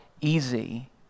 easy